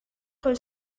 con